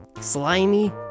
slimy